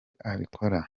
abikora